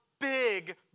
big